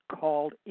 called